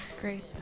Great